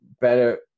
better